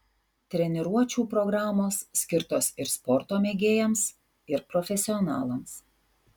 treniruočių programos skirtos ir sporto mėgėjams ir profesionalams